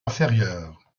inférieure